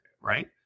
right